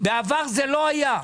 בעבר זה לא היה,